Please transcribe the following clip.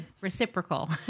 reciprocal